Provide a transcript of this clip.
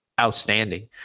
outstanding